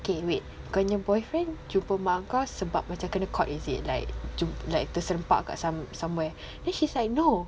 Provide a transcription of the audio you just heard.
kay wait kau nya boyfriend jumpa mak kau sebab macam kena caught is it like like terserempak kat some~ somewhere then she's like no